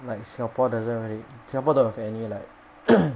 like singapore doesn't really singapore don't have any like